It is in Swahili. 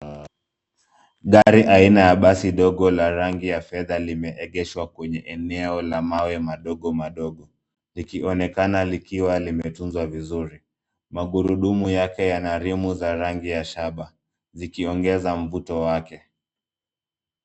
Gari aina ya basi ndogo la rangi ya fedha limeegeshwa kwenye eneo la mawe madogo madogo, likionekana likiwa limetunzwa vizuri. Magurudumu yake yana rimu za rangi ya shaba zikiongeza mvuto wake.